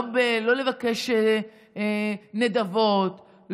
לא לבקש נדבות,